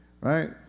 Right